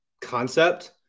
concept